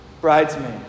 bridesmaid